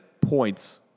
points